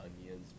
onions